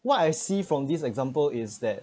what I see from this example is that